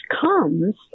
comes